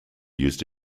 used